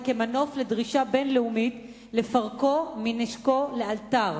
כמנוף לדרישה בין-לאומית לפרקו מנשקו לאלתר,